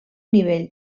nivell